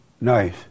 Nice